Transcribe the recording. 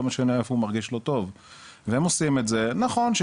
לא משנה איפה הוא מרגיש לא טוב,